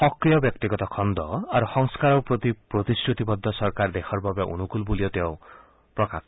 সক্ৰিয় ব্যক্তিগত খণ্ড আৰু সংস্কাৰৰ প্ৰতি প্ৰতিশ্ৰুতিবদ্ধ চৰকাৰ দেশৰ বাবে অনুকুল বুলিও তেওঁ প্ৰকাশ কৰে